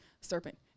Serpent